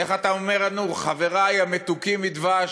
איך אתה אומר לנו: חברי המתוקים מדבש,